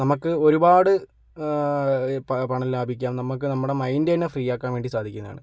നമുക്ക് ഒരുപാട് പണം ലാഭിക്കാം നമുക്ക് നമ്മുടെ മൈൻഡ് തന്നെ ഫ്രീയാക്കാൻ സാധിക്കുന്നതാണ്